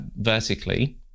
vertically